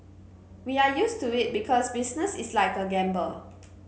we are used to it because business is like a gamble